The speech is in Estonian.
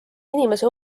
inimese